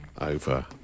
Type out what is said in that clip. over